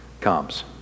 comes